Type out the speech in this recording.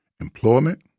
employment